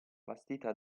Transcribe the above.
vastità